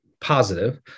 positive